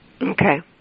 Okay